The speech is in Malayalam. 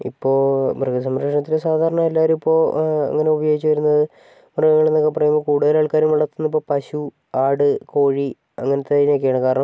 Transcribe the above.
ഇപ്പോൾ മൃഗസംരക്ഷണത്തിന് സാധാരണ എല്ലാവരും ഇപ്പോൾ അങ്ങനെ ഉപയോഗിച്ച് വരുന്നത് മൃഗങ്ങളെന്നൊക്കെ പറയുന്നത് കൂടുതൽ ആൾക്കാരും വളർത്തുന്നത് പശു ആട് കോഴി അങ്ങനത്തെ ഇതിനെയൊക്കെയാണ് കാരണം